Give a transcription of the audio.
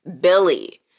Billy